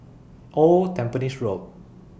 Old Tampines Road